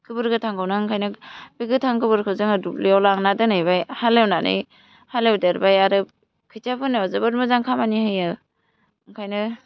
गोबोर गोथांखौनो ओंखायनो बे गोथां गोबोरखौ जोङो दुब्लियाव लांना दोनहैबाय हालेवनानै हालेवदेरबाय आरो खोथिया फोनायाव जोबोर मोजां खामानि होयो ओंखायनो